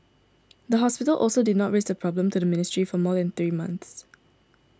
the hospital also did not raise the problem to the ministry for more than three months